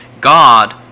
God